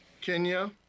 Kenya